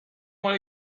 want